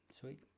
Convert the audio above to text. Sweet